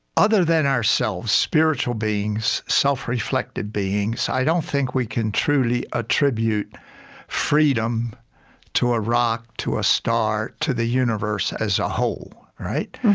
other than ourselves, spiritual beings, self-reflected beings, i don't think we can truly attribute freedom to a rock, to a star, to the universe as a whole. right?